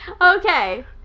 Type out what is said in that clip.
Okay